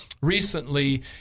recently